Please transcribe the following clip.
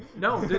no.